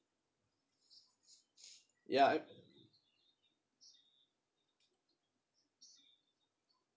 ya I